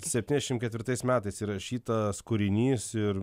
septyniasdešimt ketvirtais metais įrašytas kūrinys ir